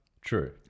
True